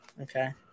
Okay